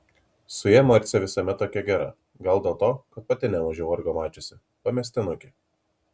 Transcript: su ja marcė visuomet tokia gera gal dėl to kad pati nemažiau vargo mačiusi pamestinukė